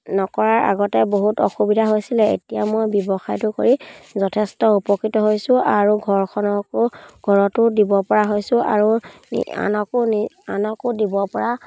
নকৰাৰ আগতে বহুত অসুবিধা হৈছিলে এতিয়া মই ব্যৱসায়টো কৰি যথেষ্ট উপকৃত হৈছোঁ আৰু ঘৰখনকো ঘৰতো দিব পৰা হৈছোঁ আৰু আনকো নি আনকো দিব পৰা